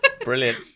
Brilliant